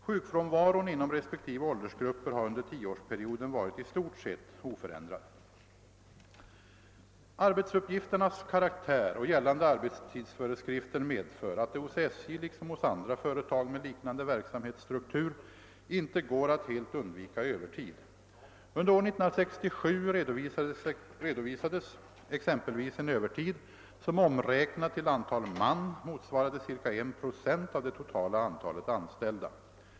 Sjukfrånvaron inom respektive åldersgrupper har under tioårsperioden varit i stort sett oförändrad. Arbetsuppgifternas karaktär och gällande arbetstidsföreskrifter medför att det hos SJ — liksom hos andra företag med liknande verksamhetsstruktur — inte går att helt undvika övertid. Under år 1967 redovisades exempelvis en övertid som omräknad till antal man motsvarade ca 1 procent av det totala antalet anställda.